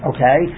Okay